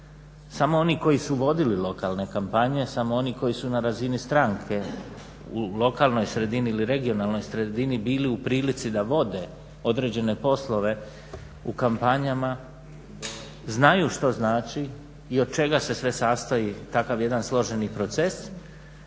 Samo oni koji su vodili lokalne kampanje, samo oni koji su na razini stranke u lokalnoj sredini ili regionalnoj sredini bili u prilici da vode određene poslove u kampanja znaju što znači i od čega se sve sastoji takav jedan složeni proces